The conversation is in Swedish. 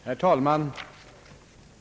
Herr talman!